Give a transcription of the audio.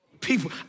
people